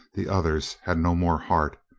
the others had no more heart.